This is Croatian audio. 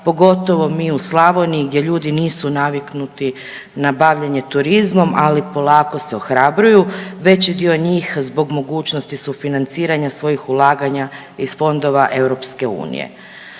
pogotovo mi u Slavoniji gdje ljudi nisu naviknuti na bavljenje turizmom, ali polako se ohrabruju, veći dio njih zbog mogućnosti sufinanciranja svojih ulaganja iz Fondova Europske unije.